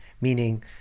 meaning